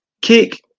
Kick